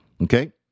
Okay